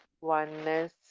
Oneness